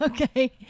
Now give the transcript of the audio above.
okay